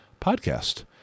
PODCAST